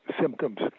symptoms